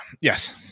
yes